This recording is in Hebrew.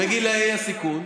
בגילי הסיכון,